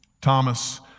Thomas